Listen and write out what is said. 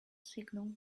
signal